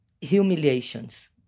humiliations